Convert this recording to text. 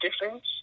difference